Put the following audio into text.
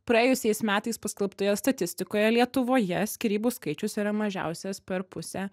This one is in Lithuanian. praėjusiais metais paskelbtoje statistikoje lietuvoje skyrybų skaičius yra mažiausias per pusę